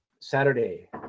Saturday